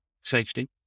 Safety